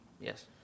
Yes